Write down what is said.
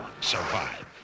survive